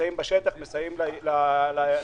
נמצאים בשטח ומסייעים לרשויות